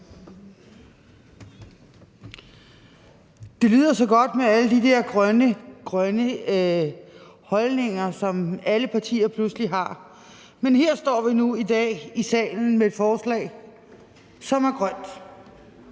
Det lyder så godt med alle de der grønne, grønne holdninger, som alle partier pludselig har, men her står vi nu i dag i salen med et forslag, som er grønt,